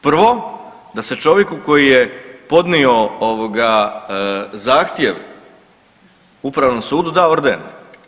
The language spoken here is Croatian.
Prvo, da se čovjeku koji je podnio, ovoga, zahtjev Upravnom sudu, dao orden.